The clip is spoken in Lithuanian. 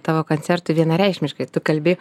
tavo koncertui vienareikšmiškai tu kalbi